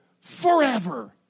forever